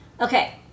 okay